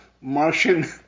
Martian